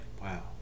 wow